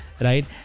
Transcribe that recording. right